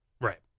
Right